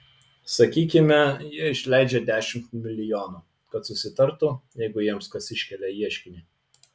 sakykime jie išleidžia dešimt milijonų kad susitartų jeigu jiems kas iškelia ieškinį